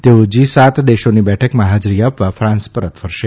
તેઓ જી સાત દેશોની બેઠકમાં હાજરી આપવા ફાન્સ પરત ફરશે